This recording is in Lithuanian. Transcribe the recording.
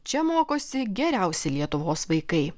čia mokosi geriausi lietuvos vaikai